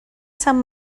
sant